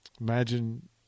Imagine